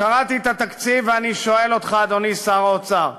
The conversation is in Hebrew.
קראתי את התקציב, ואני שואל אותך, אדוני שר האוצר,